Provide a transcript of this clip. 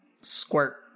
squirt